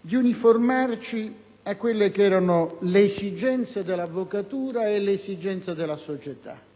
di uniformarci a quelle che erano le esigenze dell'avvocatura e della società.